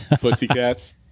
Pussycats